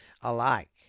alike